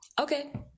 okay